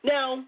Now